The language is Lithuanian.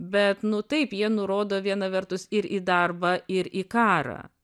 bet nu taip jie nurodo viena vertus ir į darbą ir į karą